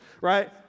Right